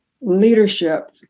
leadership